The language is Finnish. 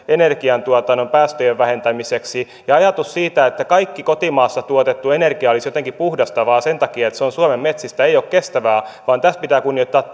energiantuotannon päästöjen vähentämiseksi ja ajatus siitä että kaikki kotimaassa tuotettu energia olisi jotenkin puhdasta vain sen takia että se on suomen metsistä ei ole kestävä vaan tässä pitää kunnioittaa